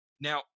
Now